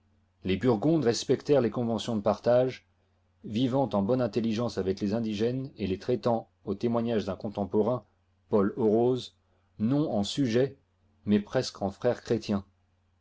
les burgondes respectèrent les conventions de partage vivant en bonne intelligence avec les indigènes et les traitant au témoignage d'un contemporain paul orose non en sujets mais presque en frères chrétiens